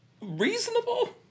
Reasonable